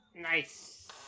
Nice